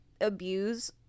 abuse